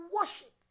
worship